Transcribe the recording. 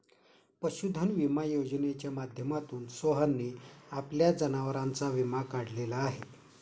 पशुधन विमा योजनेच्या माध्यमातून सोहनने आपल्या जनावरांचा विमा काढलेला आहे